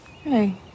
Hey